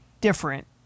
different